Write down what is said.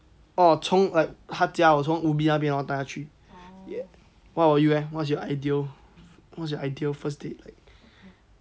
从 like 她家我从 ubi 那边 lor 带她去 ya what were you eh what is your ideal ideal first date